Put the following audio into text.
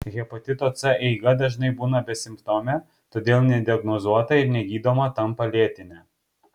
hepatito c eiga dažnai būna besimptomė todėl nediagnozuota ir negydoma tampa lėtine